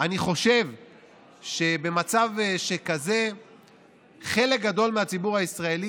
אני חושב שבמצב כזה חלק גדול מהציבור הישראלי